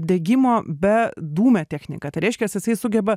degimo be dūmę techniką tai reiškias jisai sugeba